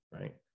right